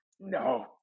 no